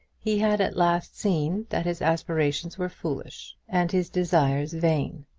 he had at last seen that his aspirations were foolish, and his desires vain.